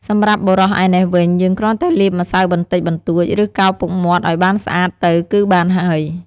សម្រាប់បុរសឯណេះវិញយើងគ្រាន់តែលាបម្សៅបន្តិចបន្តួច ឬកោរពុកមាត់ឱ្យបានស្អាតទៅគឺបានហើយ។